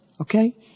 Okay